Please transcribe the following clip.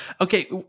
Okay